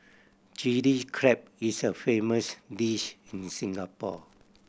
Chilli Crab is a famous dish in Singapore